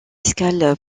escale